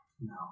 No